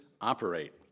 operate